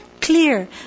Clear